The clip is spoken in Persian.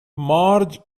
مارج